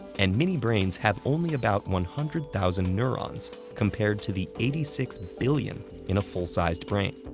and mini brains have only about one hundred thousand neurons compared to the eighty six billion in a full-sized brain.